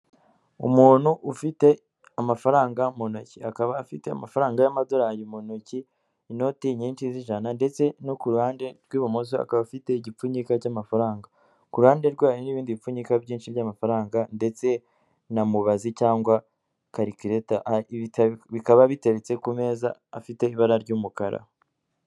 Umuntu ufite amafaranga mu ntoki, akaba afite amafaranga y'amadorari mu ntoki inoti nyinshi z'ijana ndetse no ku ruhande rw'ibumoso akaba afite igipfunyika cy'amafaranga, ku ruhande rwayo n'ibindi bipfunyika byinshi by'amafaranga ndetse na mubazi cyangwa karikireta, bikaba biteretse ku meza afite ibara ry'umukara.